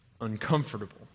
uncomfortable